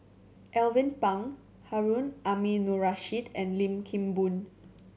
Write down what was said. Alvin Pang Harun Aminurrashid and Lim Kim Boon